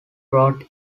wrote